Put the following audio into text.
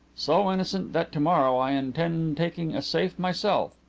so innocent that to-morrow i intend taking a safe myself.